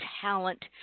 talent